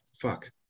Fuck